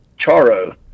Charo